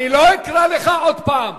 אני לא אקרא לך עוד פעם.